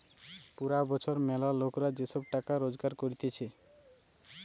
পুরা বছর ম্যালা লোকরা যে সব টাকা রোজগার করতিছে